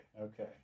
okay